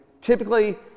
typically